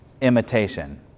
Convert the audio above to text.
imitation